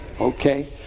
Okay